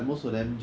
for us